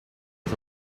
his